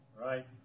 Right